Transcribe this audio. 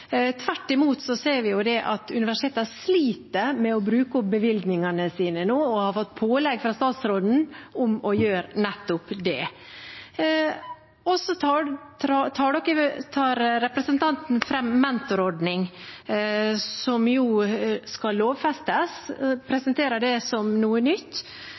å bruke opp bevilgningene sine, og har fått pålegg fra statsråden om å gjøre nettopp det. Representanten Meisfjord Jøsevold tok fram mentorordning, som skal lovfestes, og presenterer det som noe nytt.